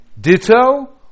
Ditto